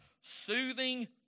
soothing